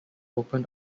open